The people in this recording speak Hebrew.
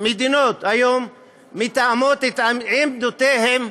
מדינות מתאמות איתנו את עמדותיהן,